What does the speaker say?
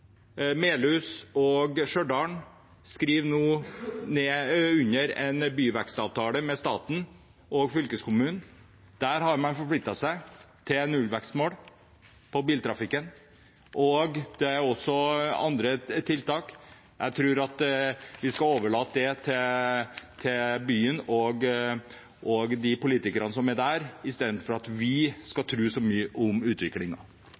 Melhus og Stjørdal skriver nå under på en byvekstavtale med staten og fylkeskommunen. Der har man forpliktet seg til nullvekstmål for biltrafikken. Det er også andre tiltak. Jeg tror vi skal overlate det til byen og politikerne som er der, i stedet for at vi skal tro så mye om